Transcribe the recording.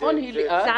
נכון שהיא לאט,